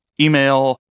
email